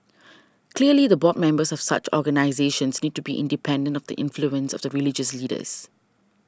clearly the board members of such organisations need to be independent of the influence of the religious leaders